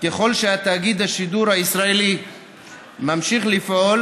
ככל שתאגיד השידור הישראלי ממשיך לפעול,